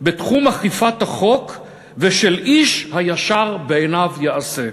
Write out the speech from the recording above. בתחום אכיפת החוק ושל 'איש הישר בעיניו יעשה'.